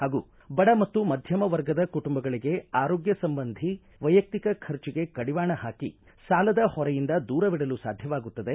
ಹಾಗೂ ಬಡ ಮತ್ತು ಮಧ್ಯಮ ವರ್ಗದ ಕುಟುಂಬಗಳಿಗೆ ಆರೋಗ್ಯ ಸಂಬಂಧಿ ವೈಯಕ್ತಿಕ ಖರ್ಚಿಗೆ ಕಡಿವಾಣ ಹಾಕಿ ಸಾಲದ ಹೊರೆಯಿಂದ ದೂರವಿಡಲು ಸಾಧ್ಯವಾಗುತ್ತದೆ